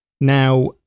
Now